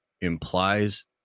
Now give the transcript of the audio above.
implies